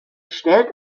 stellt